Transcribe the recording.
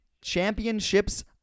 championships